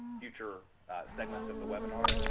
future segments of the webinar.